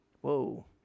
Whoa